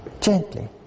gently